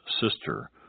sister